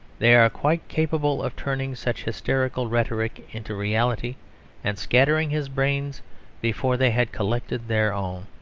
they are quite capable of turning such hysterical rhetoric into reality and scattering his brains before they had collected their own.